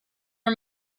her